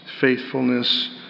faithfulness